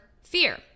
fear